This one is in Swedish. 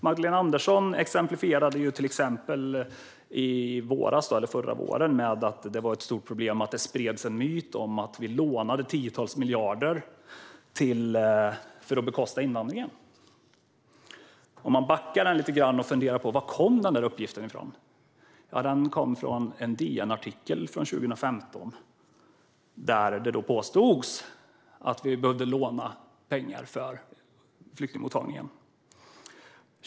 Magdalena Andersson exemplifierade i våras att det var ett stort problem att det spreds en myt om att vi lånade tiotals miljarder för att bekosta invandringen. Om vi backar lite grann och funderar på varifrån den uppgiften kom ser vi att svaret är att det var från en DN-artikel från 2015, där det påstods att vi behövde låna pengar till flyktingmottagningen.